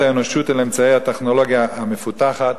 האנושות אל אמצעי הטכנולוגיה המפותחת,